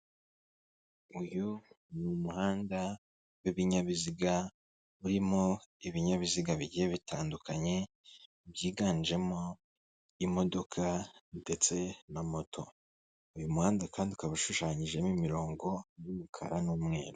Uyu n'umuhanda w'ibinyabiziga urimo ibinyabiziga bigiye bitandukanye, byiganjemo imodoka ndetse na moto. Uyu muhanda kandi ukaba ushushanyijemo imirongo y'umukara n'umweru.